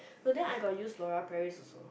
but then I got use Loreal Paris